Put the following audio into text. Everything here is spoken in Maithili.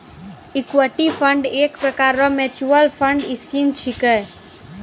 इक्विटी फंड एक प्रकार रो मिच्युअल फंड स्कीम छिकै